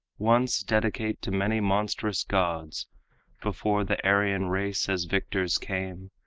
once dedicate to many monstrous gods before the aryan race as victors came,